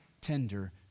tender